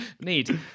neat